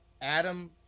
Adam